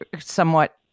somewhat